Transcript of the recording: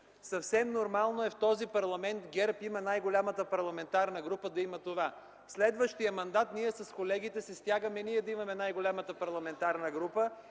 Съвсем нормално е, в този парламент ГЕРБ има най-голямата парламентарна група, да има това. Следващият мандат ние с колегите ще се стягаме ние да имаме най-голямата парламентарна група